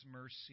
mercy